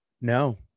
no